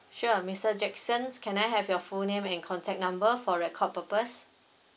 sure mister jacksons can I have your full name and contact number for record purpose